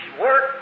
work